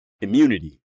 immunity